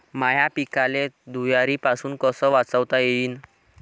माह्या पिकाले धुयारीपासुन कस वाचवता येईन?